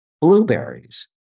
blueberries